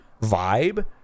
vibe